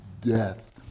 death